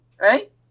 right